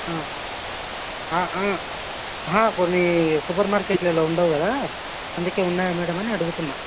కొన్ని సూపర్ మార్కెట్లలో ఉండవు కదా అందుకని ఉన్నాయా మేడం అని అడుగుతున్నాను